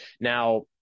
Now